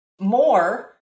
more